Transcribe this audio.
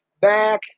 back